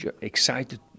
excited